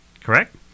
correct